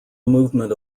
movement